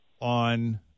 on